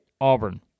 Auburn